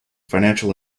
financial